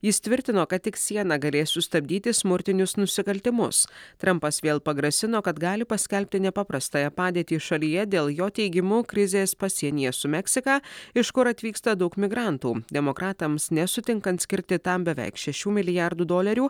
jis tvirtino kad tik siena galės sustabdyti smurtinius nusikaltimus trampas vėl pagrasino kad gali paskelbti nepaprastąją padėtį šalyje dėl jo teigimu krizės pasienyje su meksika iš kur atvyksta daug migrantų demokratams nesutinkant skirti tam beveik šešių milijardų dolerių